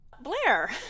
Blair